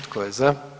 Tko je za?